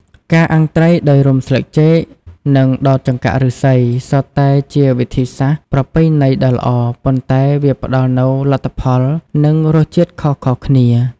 ការអាំងត្រីដោយរុំស្លឹកចេក និងដោតចង្កាក់ឫស្សី សុទ្ធតែជាវិធីសាស្រ្តប្រពៃណីដ៏ល្អ ប៉ុន្តែវាផ្តល់នូវលទ្ធផល និងរសជាតិខុសៗគ្នា។